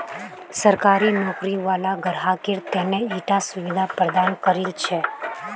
सरकारी नौकरी वाला ग्राहकेर त न ईटा सुविधा प्रदान करील छेक